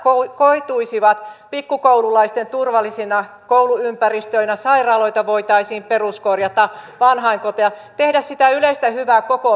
nämä koituisivat pikkukoululaisten turvallisina kouluympäristöinä sairaaloita ja vanhainkoteja voitaisiin peruskorjata tehdä sitä yleistä hyvää koko maahan